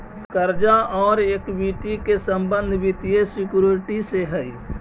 कर्जा औउर इक्विटी के संबंध वित्तीय सिक्योरिटी से हई